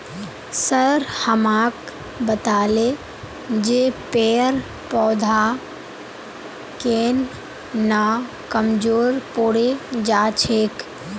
sir हमाक बताले जे पेड़ पौधा केन न कमजोर पोरे जा छेक